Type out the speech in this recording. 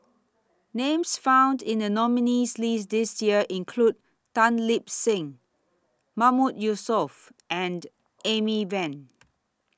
Names found in The nominees' list This Year include Tan Lip Seng Mahmood Yusof and Amy Van